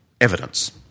evidence